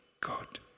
God